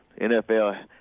NFL